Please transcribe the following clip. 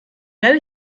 werde